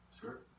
sure